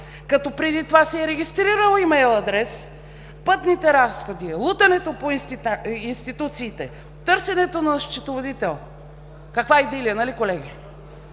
като преди това си е регистрирал имейл адрес, пътните разходи, лутането по институциите, търсенето на счетоводител… Каква идилия – нали, колеги?